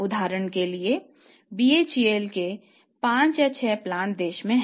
उदाहरण के लिए BHEL के 5 या 6 प्लांट देश में हैं